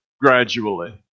gradually